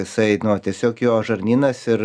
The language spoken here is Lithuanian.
jisai tiesiog jo žarnynas ir